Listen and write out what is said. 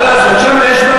מה אתה עושה מזה עניין?